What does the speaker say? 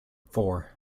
four